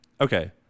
Okay